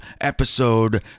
episode